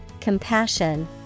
compassion